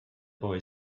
boy